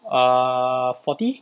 err forty